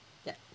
yup